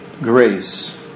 grace